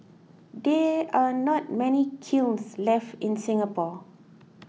there are not many kilns left in Singapore